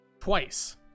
twice